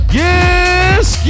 yes